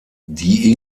die